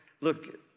look